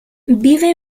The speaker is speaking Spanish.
vive